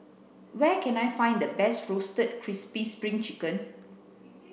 where can I find the best roasted crispy spring chicken